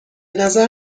نظر